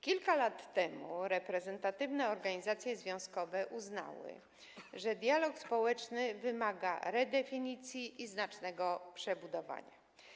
Kilka lat temu reprezentatywne organizacje związkowe uznały, że dialog społeczny wymaga redefinicji i znacznego przebudowania.